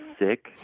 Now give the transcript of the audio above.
sick